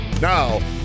Now